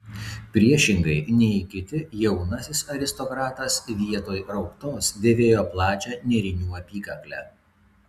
priešingai nei kiti jaunasis aristokratas vietoj rauktos dėvėjo plačią nėrinių apykaklę